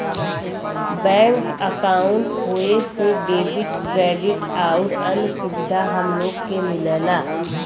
bank अंकाउट होये से डेबिट, क्रेडिट आउर अन्य सुविधा हम लोग के मिलला